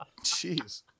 Jeez